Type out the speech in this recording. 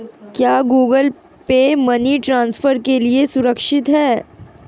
क्या Google pay money transfer के लिए सुरक्षित है?